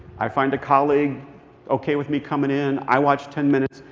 i find a colleague okay with me coming in. i watch ten minutes.